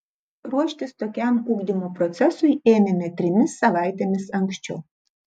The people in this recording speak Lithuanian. ruoštis tokiam ugdymo procesui ėmėme trimis savaitėmis anksčiau